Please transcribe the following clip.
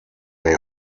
may